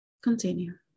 Continue